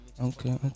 okay